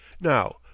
Now